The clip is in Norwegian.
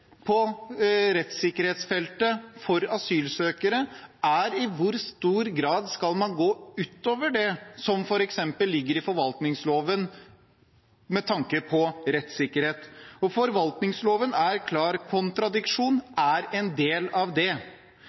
på rettssikkerhetsfeltet for asylsøkere, er i hvor stor grad man skal gå utover det som f.eks. ligger i forvaltningsloven med tanke på rettssikkerhet. Forvaltningsloven er klar – kontradiksjon er en del av det.